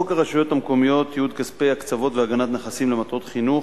חוק הרשויות המקומיות (ייעוד כספי הקצבות והגנת נכסים למטרות חינוך),